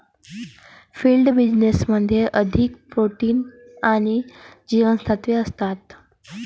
field बीन्समध्ये अधिक protein आणि जीवनसत्त्वे असतात